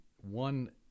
one